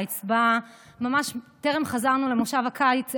ממש טרם חזרנו לכנס הקיץ,